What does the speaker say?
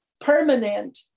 permanent